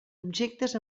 objectes